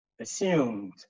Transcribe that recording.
assumed